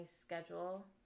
schedule